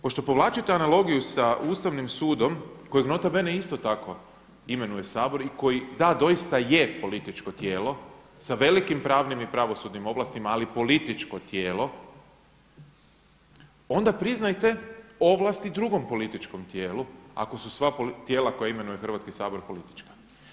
Pošto povlačite analogiju sa Ustavnim sudom kojega nota bene isto tako imenuje Sabor i koji da doista je političko tijelo sa velikim pravnim i pravosudnim ovlastima, ali političko tijelo, onda priznajte ovlasti drugom političkom tijelu ako su sva tijela koje imenuje Hrvatski sabor politička.